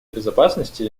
безопасности